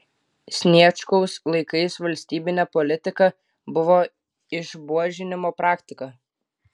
sniečkaus laikais valstybine politika buvo išbuožinimo praktika